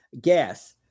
Gas